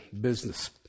business